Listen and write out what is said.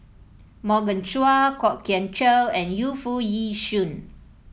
Morgan Chua Kwok Kian Chow and Yu Foo Yee Shoon